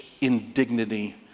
indignity